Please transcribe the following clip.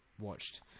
watched